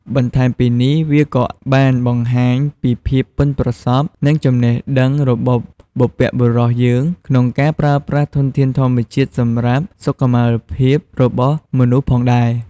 បន្ថែមពីនេះវាក៏បានបង្ហាញពីភាពប៉ិនប្រសប់ និងចំណេះដឹងរបស់បុព្វបុរសយើងក្នុងការប្រើប្រាស់ធនធានធម្មជាតិសម្រាប់សុខុមាលភាពរបស់មនុស្សផងដែរ។